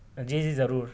جی جی ضرور